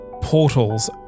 portals